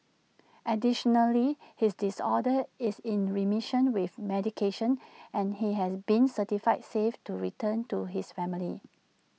additionally his disorder is in remission with medication and he has been certified safe to returned to his family